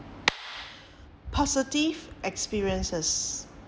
positive experiences